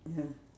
ya